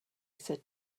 said